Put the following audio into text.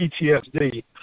PTSD